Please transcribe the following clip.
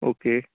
okay